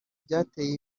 byateye